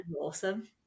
awesome